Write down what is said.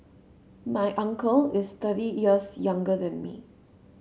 my uncle is thirty years younger than me